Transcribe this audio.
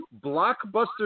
blockbuster